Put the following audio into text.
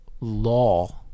law